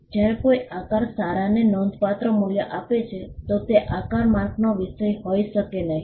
જ્યારે કોઈ આકાર સારાને નોંધપાત્ર મૂલ્ય આપે છે તો તે આકાર માર્કનો વિષય હોઈ શકે નહીં